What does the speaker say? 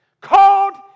called